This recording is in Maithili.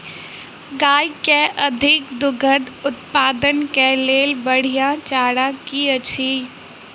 गाय केँ अधिक दुग्ध उत्पादन केँ लेल बढ़िया चारा की अछि?